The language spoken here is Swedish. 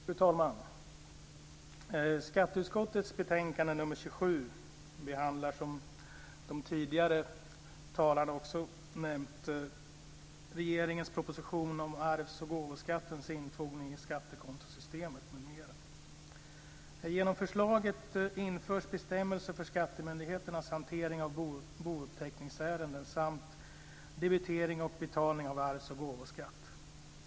Fru talman! Skatteutskottets betänkande nr 27 behandlar, som också tidigare talare har nämnt, regeringens proposition Arvs och gåvoskattens infogning i skattekontosystemet m.m. Genom förslaget införs bestämmelser för skattemyndigheternas hantering av bouppteckningsärenden samt debitering och betalning av arvs och gåvoskatt.